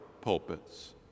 pulpits